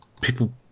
people